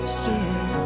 sir